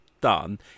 done